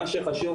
מה שחשוב,